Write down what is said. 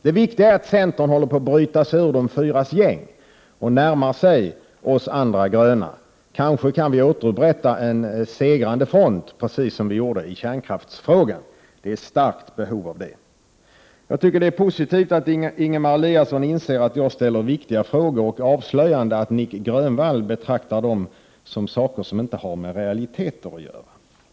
Det viktiga är att centern håller på att bryta sig ut ur de fyras gäng och att centern närmar sig oss andra gröna. Kanske kan vi återupprätta en segrande front, precis som vi gjorde i kärnkraftsfrågan. Det finns ett starkt behov av det. Jag tycker att det är positivt att Ingemar Eliasson inser att jag ställer viktiga frågor. Dessutom tycker jag att det är avslöjande att Nic Grönvall betraktar frågorna som saker som inte har med realiteter att göra.